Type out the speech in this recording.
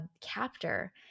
captor